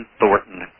Thornton